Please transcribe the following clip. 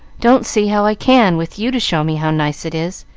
don't see how i can, with you to show me how nice it is.